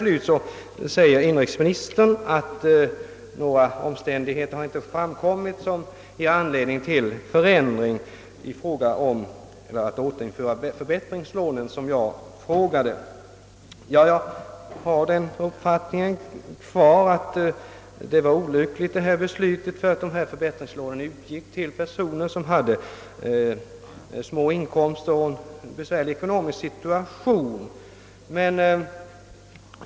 Slutligen säger inrikesministern att några nya omständigheter inte framkommit som ger anledning att återinföra förbättringslånen. Jag har alltjämt den uppfattningen att årets riksdagsbeslut var olyckligt. Förbättringslånen utgick till personer med små inkomster.